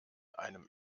einem